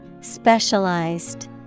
Specialized